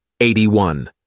81